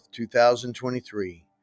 2023